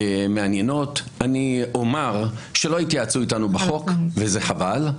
לא התייעצנו איתנו בחוק, וחבל.